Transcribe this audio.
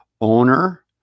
owner